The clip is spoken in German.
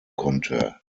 konnte